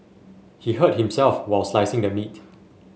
he hurt himself while slicing the meat